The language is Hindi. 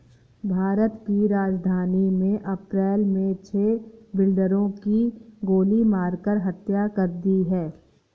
भारत की राजधानी में अप्रैल मे छह बिल्डरों की गोली मारकर हत्या कर दी है